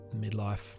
Midlife